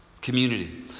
Community